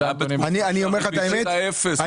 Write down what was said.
זה היה בתקופות שהריבית הייתה אפס.